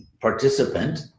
participant